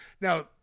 Now